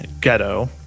Ghetto